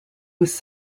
was